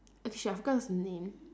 okay shit I forgot what's the name